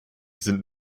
sind